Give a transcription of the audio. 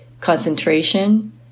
concentration